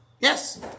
Yes